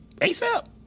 ASAP